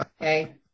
okay